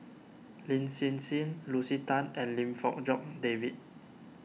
Lin Hsin Hsin Lucy Tan and Lim Fong Jock David